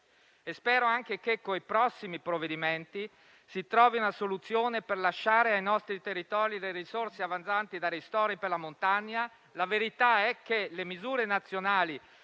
spero anche che con i prossimi provvedimenti si trovi una soluzione per lasciare ai nostri territori le risorse avanzanti dai ristori per la montagna. La verità è che le misure nazionali